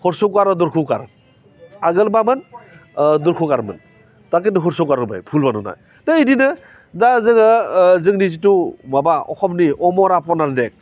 हरसौखार आरो दोरगौखार आगोल मामोन दोरगौखारमोन दा खिन्थु हरसौखार होबाय भुल बानाना दा बिदिनो दा जोङो जोंनि जिथु माबा अकमनि अ मुर आप'नार देक